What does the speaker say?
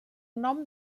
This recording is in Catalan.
nom